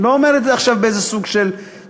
אני לא אומר את זה עכשיו בסוג של ציניות,